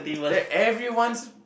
that everyone's